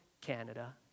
Canada